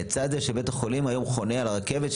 כל זה לצד זה שבית החולים היום חונה על רכבת.